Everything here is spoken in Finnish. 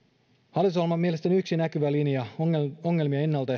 hallitusohjelman mielestäni yhden näkyvän linjan ongelmia ennalta